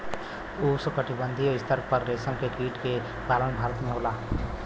उष्णकटिबंधीय स्तर पर रेशम के कीट के पालन भारत में होला